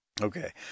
Okay